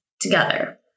together